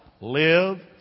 Live